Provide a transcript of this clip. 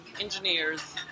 engineers